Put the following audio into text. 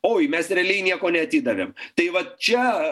oi mes realiai nieko neatidavėm tai vat čia